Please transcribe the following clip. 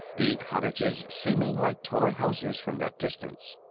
the cottages seeming like toy houses from that distance.